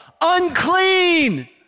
unclean